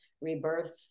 rebirth